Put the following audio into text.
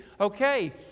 Okay